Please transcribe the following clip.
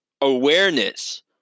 awareness